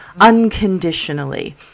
unconditionally